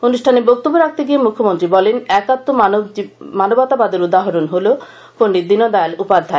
অনুষ্ঠানে বক্তব্য রাখতে গিয়ে মৃখ্যমন্ত্রী শ্রীদেব বলেন একাম্ম মানবতাবাদের উদাহরন হল পন্ডিত দীন দয়াল উপধ্যায়